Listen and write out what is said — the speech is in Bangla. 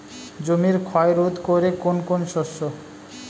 জমির ক্ষয় রোধ করে কোন কোন শস্য?